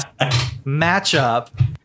matchup